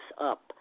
up